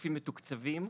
גופים מתוקצבים,